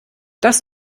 das